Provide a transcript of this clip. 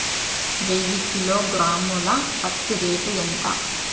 వెయ్యి కిలోగ్రాము ల పత్తి రేటు ఎంత?